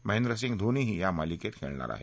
महेंद्रसिंग धोनीही या मालिकेत खेळणार आहे